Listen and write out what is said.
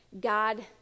God